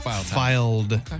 filed